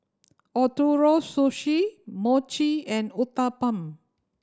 Ootoro Sushi Mochi and Uthapam